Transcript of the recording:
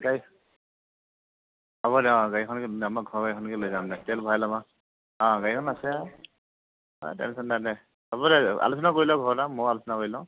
আ হ'ব দে অ গাড়ীখন আমাৰ ঘৰৰ গাড়ীখনকে লৈ যাম দে তেল ভৰাই লম আৰু গাড়ীখন আছে আও টেনচন নাই দে হ'ব দে আলোচনা কৰি ল' ঘৰত আ ময়ো আলোচনা কৰি লওঁ